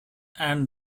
and